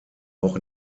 auch